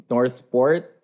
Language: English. Northport